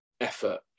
effort